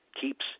keeps